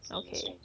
okay